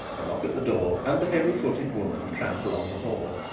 a knock at the door, and the heavy-footed woman tramp along the hall.